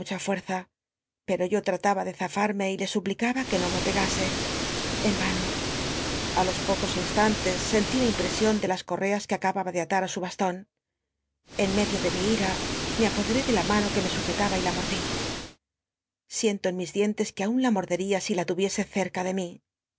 fucaza pero yo lmtaba de zafarme y le suplicaba que no me pegase en ano i los pocos instnntes scnli la imprcsion ele las correas que acababa ele atac ü su baston en medio de mi ira me apodcaé ele la ue me sujetaba la monji siento en mis mano e dien tes que aun la mordería si la tmiese cerca de jllí